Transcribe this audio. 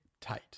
tight